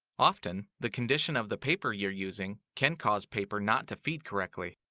often, the condition of the paper you're using can cause paper not to feed correctly.